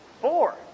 Four